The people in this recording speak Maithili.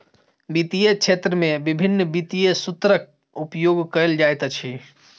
वित्तीय क्षेत्र में विभिन्न वित्तीय सूत्रक उपयोग कयल जाइत अछि